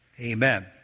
amen